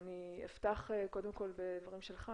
אני אפתח קודם כל בדברים שלך,